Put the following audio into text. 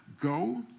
Go